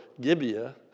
Gibeah